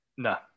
No